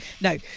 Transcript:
No